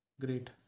great